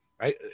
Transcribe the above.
right